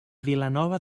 vilanova